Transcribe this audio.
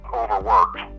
overworked